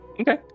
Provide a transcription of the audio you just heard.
Okay